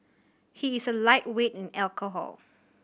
he is a lightweight in alcohol